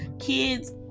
kids